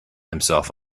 himself